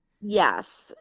Yes